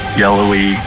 yellowy